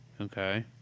Okay